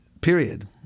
period